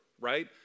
right